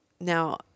Now